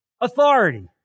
Authority